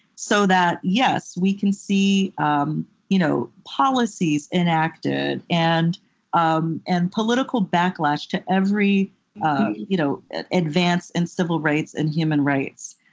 so that, yes, we can see um you know policies enacted and um and political backlash to every you know advance in civil rights and human rights.